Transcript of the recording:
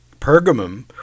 Pergamum